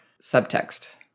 subtext